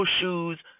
shoes